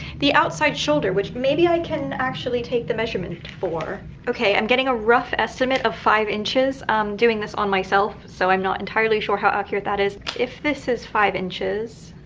the outside shoulder, which maybe i can actually take the measurement for. ok. i'm getting a rough estimate of five inches. i'm doing this on myself, so i'm not entirely sure how accurate that is. if this is five inches,